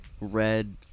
red